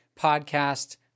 podcast